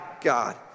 God